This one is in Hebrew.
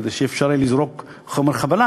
כדי שלא יהיה אפשר לזרוק חומר חבלה.